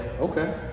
Okay